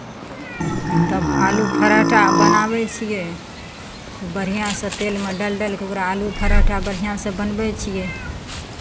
तब आलू पराठा बनाबै छियै खूब बढ़िआँसँ तेलमे डालि डालि कऽ ओकरा आलू पराठा बढ़िआँसँ बनबै छियै